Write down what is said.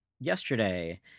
yesterday